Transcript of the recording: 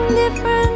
different